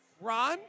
Ron